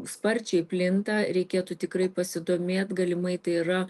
sparčiai plinta reikėtų tikrai pasidomėt galimai tai yra